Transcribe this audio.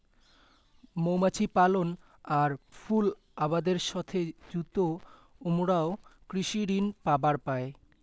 মৌমাছি পালন আর ফুল আবাদের সথে যুত উমরাও কৃষি ঋণ পাবার পায়